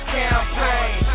campaign